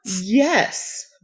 Yes